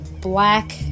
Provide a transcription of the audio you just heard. black